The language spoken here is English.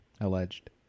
Alleged